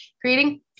creating